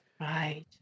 right